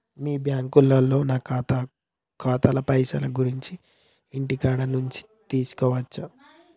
మీ బ్యాంకులో నా ఖాతాల పైసల గురించి ఇంటికాడ నుంచే తెలుసుకోవచ్చా?